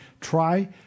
try